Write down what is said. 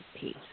peace